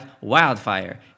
wildfire